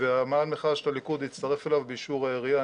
ומאהל המחאה של הליכוד הצטרף אליו באישור העירייה.